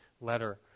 letter